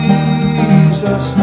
Jesus